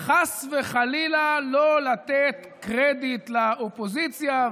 חס וחלילה לא לתת קרדיט לאופוזיציה,